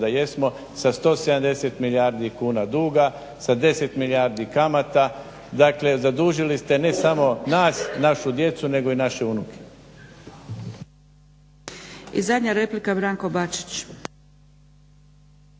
sada jesmo sa 170 milijardi kuna duga, sa 10 milijardi kamata. Dakle, zadužili ste ne samo nas, našu djecu nego i naše unuke. **Zgrebec, Dragica